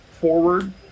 forward